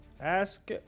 ask